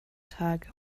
tag